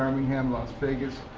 birmingham, las vegas,